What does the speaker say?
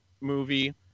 movie